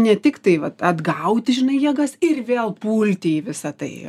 ne tik tai vat atgauti žinai jėgas ir vėl pulti į visa tai